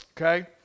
Okay